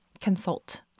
consult